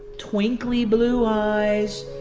twinkly blue eyes,